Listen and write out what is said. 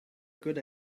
good